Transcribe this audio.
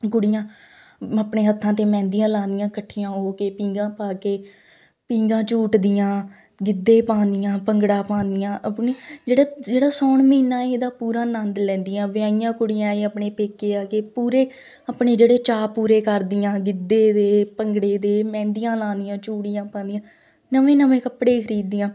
ਕੁੜੀਆਂ ਆਪਣੇ ਹੱਥਾਂ 'ਤੇ ਮਹਿੰਦੀਆਂ ਲਾਂਦੀਆਂ ਇਕੱਠੀਆਂ ਹੋ ਕੇ ਪੀਂਘਾ ਪਾ ਕੇ ਪੀਂਘਾ ਝੂਟਦੀਆਂ ਗਿੱਧੇ ਪਾਉਂਦੀਆਂ ਭੰਗੜਾ ਪਾਉਂਦੀਆਂ ਆਪਣੀ ਜਿਹੜੇ ਜਿਹੜਾ ਸਾਉਣ ਮਹੀਨਾ ਇਹਦਾ ਪੂਰਾ ਆਨੰਦ ਲੈਂਦੀਆਂ ਵਿਆਹੀਆਂ ਕੁੜੀਆਂ ਆਪਣੇ ਪੇਕੇ ਆ ਕੇ ਪੂਰੇ ਆਪਣੀ ਜਿਹੜੇ ਚਾਅ ਪੂਰੇ ਕਰਦੀਆਂ ਗਿੱਧੇ ਦੇ ਭੰਗੜੇ ਦੇ ਮਹਿੰਦੀਆਂ ਲਾਂਦੀਆਂ ਚੂੜੀਆਂ ਪਾਉਂਦੀਆਂ ਨਵੇਂ ਨਵੇਂ ਕੱਪੜੇ ਖਰੀਦ ਦੀਆਂ